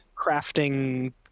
crafting